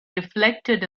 reflected